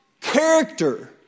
character